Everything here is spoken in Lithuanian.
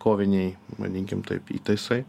koviniai vadinkim taip įtaisai